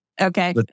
Okay